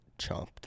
chomped